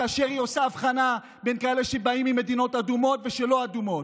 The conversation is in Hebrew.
כאשר היא עושה הבחנה בין כאלה שמגיעים ממדינות אדומות ולא אדומות.